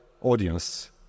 audience